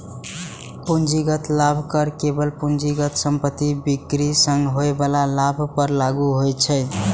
पूंजीगत लाभ कर केवल पूंजीगत संपत्तिक बिक्री सं होइ बला लाभ पर लागू होइ छै